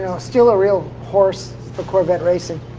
still a real horse for corvette racing.